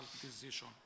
decision